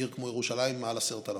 עיר כמו ירושלים, מעל 10,000,